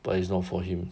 but it's not for him